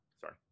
Sorry